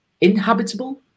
inhabitable